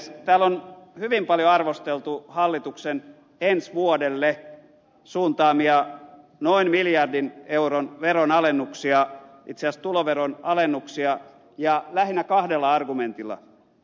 täällä on hyvin paljon arvosteltu hallituksen ensi vuodelle suuntaamia noin miljardin euron veronalennuksia itse asiassa tuloveronalennuksia ja lähinnä kahdella argumentilla